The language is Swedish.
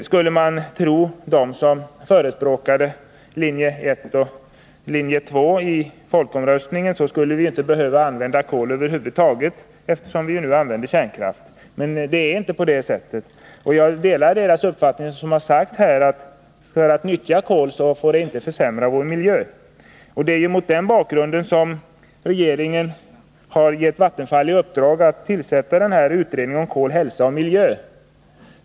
Skall man tro dem som förespråkade linje 1 och 2 i folkomröstningen om kärnkraft, så behöver vi inte använda kol över huvud taget, eftersom vi nu har kärnkraft. Men det är inte på det sättet. Jag delar den uppfattning som har framförts här, nämligen att nyttjandet av kol inte får försämra vår miljö. Det är mot den bakgrunden som regeringen har gett Vattenfall i uppdrag att tillsätta utredningen om kol, hälsa och miljö.